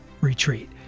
Retreat